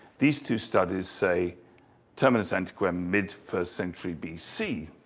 these two studies say terminus ante quem mid first century bc.